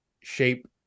shape